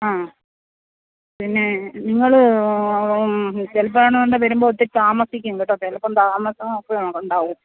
ആ പിന്നെ നിങ്ങൾ ചിലപ്പോൾ ആണോ എന്തോ വരുമ്പോൾ ഒത്തിരി താമസിക്കും കേട്ടോ ചിലപ്പം താമസമൊക്കെ ഉണ്ടാവും